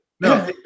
no